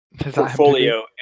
portfolio